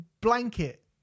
Blanket